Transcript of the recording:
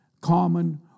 common